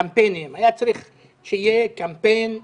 קמפיינים, היה צריך שיהיה קמפיין חתונות,